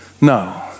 No